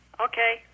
Okay